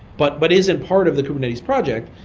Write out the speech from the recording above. but but isn't part of the kubernetes project.